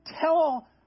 tell